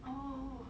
oh